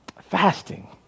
fasting